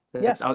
yes, ah